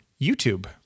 YouTube